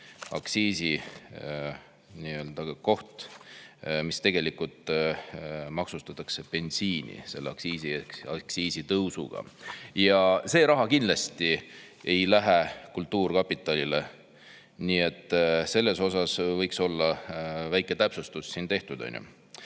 aktsiisikoht: tegelikult maksustatakse bensiini selle aktsiisitõusuga. Ja see raha kindlasti ei lähe kultuurkapitalile. Nii et selles osas võiks olla väike täpsustus tehtud.